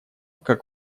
как